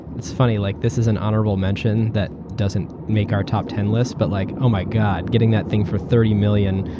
it's funny. like this is an honorable mention that doesn't make our top ten list. but, like oh my god, getting that thing for thirty million